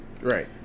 Right